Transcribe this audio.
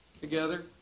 together